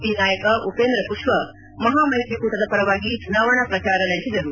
P ನಾಯಕ ಉಪೇಂದ್ರ ಕುಶ್ವಾ ಮಹಾಮೈತ್ರಿಕೂಟದ ಪರವಾಗಿ ಚುನಾವಣಾ ಪ್ರಚಾರ ನಡೆಸಿದರು